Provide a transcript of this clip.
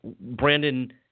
Brandon –